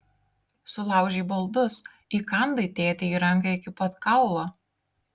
sulaužei baldus įkandai tėtei į ranką iki pat kaulo